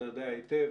אתה יודע היטב,